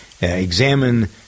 examine